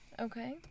Okay